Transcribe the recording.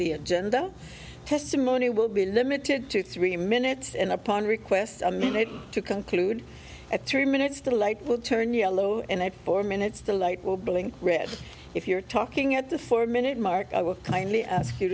the agenda testimony will be limited to three minutes in upon request a minute to conclude at three minutes the light will turn yellow and four minutes to light will blink read if you're talking at the four minute mark i will kindly ask you